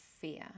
fear